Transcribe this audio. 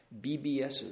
BBSs